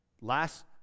last